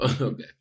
Okay